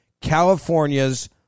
California's